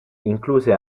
incluse